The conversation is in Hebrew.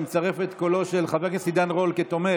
אני מצרף את קולו של חבר הכנסת עידן רול כתומך,